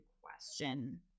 question